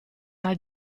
una